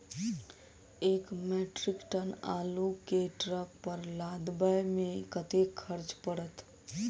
एक metric ton आलु केँ ट्रक पर लदाबै मे कतेक खर्च पड़त?